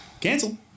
Cancel